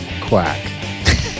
quack